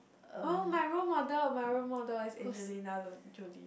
oh my role model my role model is Angelina-Jolie